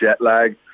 Jetlag